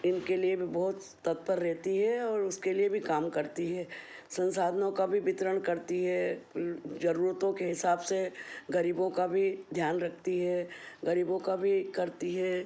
इनके लिए भी बहुत तत्पर रहती है और उसके लिए भी काम करती है संसाधनों का भी वितरण करती है जरूरतों के हिसाब से गरीबों का भी ध्यान रखती है गरीबों का भी करती है